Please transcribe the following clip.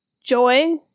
joy